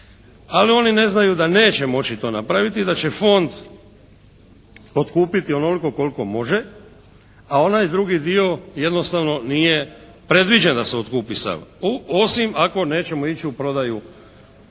Ali oni ne znaju da neće moći to napraviti i da će fond otkupiti onoliko koliko može, a onaj drugi dio jednostavno nije predviđen da se otkupi sav, osim ako nećemo ići u prodaju imovine